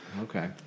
Okay